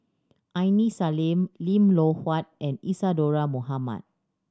Aini Salim Lim Loh Huat and Isadhora Mohamed